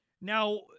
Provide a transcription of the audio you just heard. Now